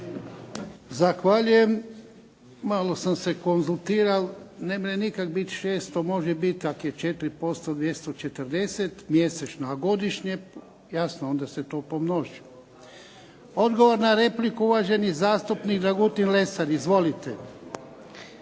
Zahvaljujem. Malo sam se konzultiral, nemre nikak bit 600, može bit ak je 4% 240 mjesečno a godišnje jasno onda se to pomnoži. Odgovor na repliku, uvaženi zastupnik Dragutin Lesar. Izvolite.